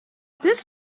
this